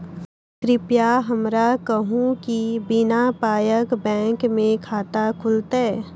कृपया हमरा कहू कि बिना पायक बैंक मे खाता खुलतै?